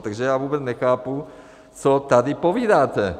Takže já vůbec nechápu, co tady povídáte.